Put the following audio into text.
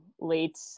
late